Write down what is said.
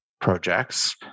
projects